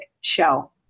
Show